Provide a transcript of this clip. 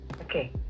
Okay